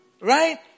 right